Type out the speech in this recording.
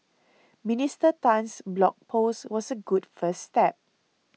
Minister Tan's blog post was a good first step